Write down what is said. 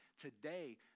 Today